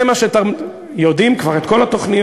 זה מה שאתם, יודעים כבר את כל התוכניות.